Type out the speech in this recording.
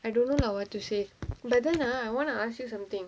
I don't know lah what to say but then ah I wanna ask you something